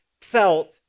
felt